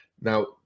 Now